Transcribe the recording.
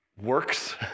works